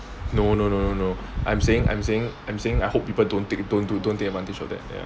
no no no no no I'm saying I'm saying I'm saying I hope people don't take don't don't don't take advantage of that